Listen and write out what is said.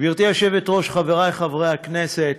גברתי היושבת-ראש, חברי חברי הכנסת,